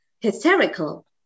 hysterical